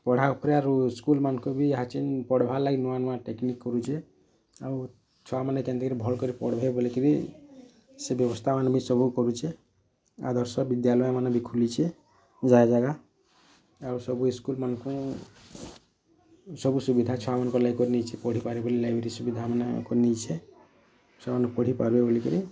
ପଢ଼ା ଉପରେ ଆଉ ସ୍କୁଲ୍ମାନଙ୍କୁ ପଢ଼ାର ଲାଗି ନୂଆ ନୂଆ ଟେକ୍ନିକ୍ କରୁଛି ଆଉ ଛୁଆମାନଙ୍କ କେମିତି କରି ଭଲ ପଢ଼ିବେ ବୋଲିକରି ସେ ବ୍ୟବସ୍ଥା ସବୁ କରୁଛି ଆଦର୍ଶ ବିଦ୍ୟାଳୟମାନେ ବି ଖୋଲିଛି ଯାଗା ଯାାଗା ଆଉ ସବୁ ସ୍କୁଲ୍ମାନଙ୍କରେ ସବୁ ସୁବିଧା ଛୁଆମାନଙ୍କର ଲାଗି ସୁବିଧା କରିନେଇଛି ପଢ଼ିବାରଲାଗି ଲାଇବ୍ରେରି ସୁବିଧାମାନ କରିନେଇଛି ଛୁଆମାନେ ପଢ଼ିପାରିବେ ବୋଲିକରି